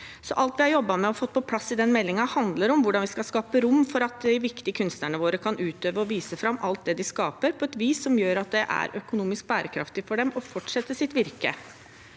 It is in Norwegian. Alt vi har jobbet med og fått på plass i meldingen, handler om hvordan vi skal skape rom for at de viktige kunstnerne våre kan utøve og vise fram alt det de skaper, på et vis som gjør at det er økonomisk bærekraftig for dem å fortsette sitt virke,